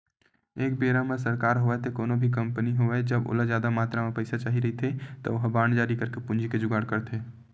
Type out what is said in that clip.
एक बेरा म सरकार होवय ते कोनो भी कंपनी होवय जब ओला जादा मातरा म पइसा चाही रहिथे त ओहा बांड जारी करके पूंजी के जुगाड़ करथे